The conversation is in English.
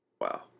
Wow